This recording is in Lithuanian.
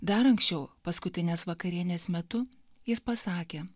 dar anksčiau paskutinės vakarienės metu jis pasakė